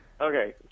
okay